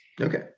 Okay